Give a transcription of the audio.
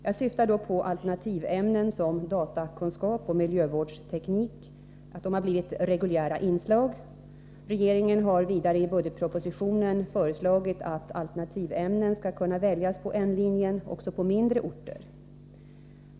Jag syftar då på att alternativämnen som datakunskap och miljövårdsteknik blivit reguljära inslag. Regeringen har vidare i budgetpropositionen föreslagit att alternativämnen skall kunna väljas på N-linjen också på mindre orter.